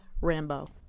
Rambo